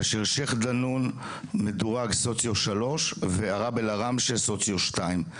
כאשר השייח' דנון מדורג סוציו שלוש וערב אל ערם סוציו שתיים.